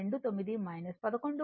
29 11